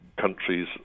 countries